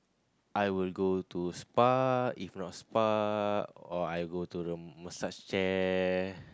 I will go to spa if not spa or I will go to the massage chair